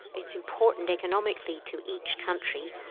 it's important economically to each country,